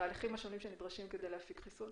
בתהליכים השונים שנדרשים כדי להפיק חיסון